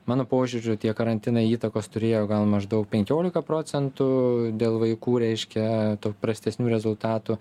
mano požiūriu tie karantinai įtakos turėjo gal maždaug penkiolika procentų dėl vaikų reiškia tų prastesnių rezultatų